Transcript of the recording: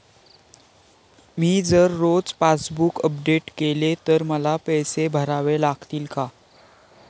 मी जर रोज passbook update केले तर मला पैसे भरावे लागतील का?